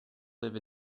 live